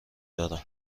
دارم